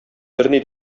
берни